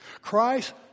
Christ